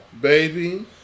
Baby